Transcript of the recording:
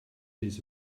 lese